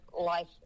life